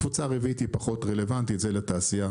הקבוצה הרביעית היא פחות רלוונטית, זה לתעשייה,